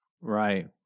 Right